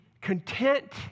content